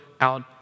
out